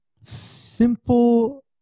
Simple